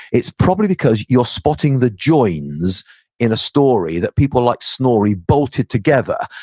it's probably because you're spotting the joins in a story that people like snorri bolted together.